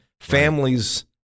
Families